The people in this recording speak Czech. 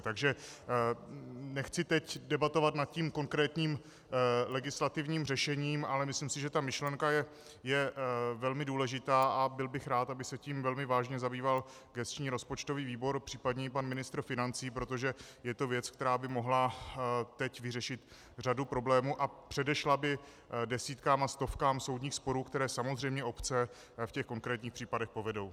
Takže nechci teď debatovat nad tím konkrétním legislativním řešením, ale myslím si, že ta myšlenka je velmi důležitá, a byl bych rád, aby se tím velmi vážně zabýval gesční rozpočtový výbor, případně i pan ministr financí, protože to je věc, která by mohla teď vyřešit řadu problémů a předešla by desítkám a stovkám soudních sporů, které samozřejmě obce v těch konkrétních případech povedou.